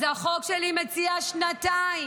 אז החוק שלי מציע שנתיים,